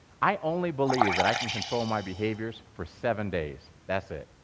i only believe that i can control my behaviors for seven days, that's it.